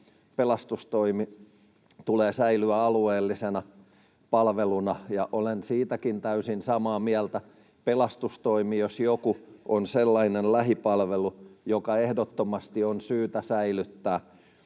pelastustoimi tulee säilyä alueellisena palveluna, että olen siitäkin täysin samaa mieltä. Pelastustoimi jos joku on sellainen lähipalvelu, joka ehdottomasti on syytä säilyttää.